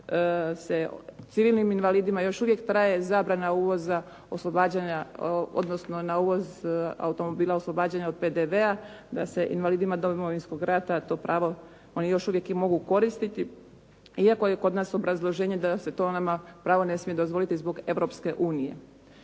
da se civilnim invalidima još uvijek traje zabrana uvoza oslobađanja odnosno na uvoz automobila oslobađanje od PDV-a da se invalidima Domovinskog rata to pravo, oni još uvijek mogu koristiti iako je kod nas obrazloženje da se to nama pravo ne smije dozvoliti zbog Europske unije.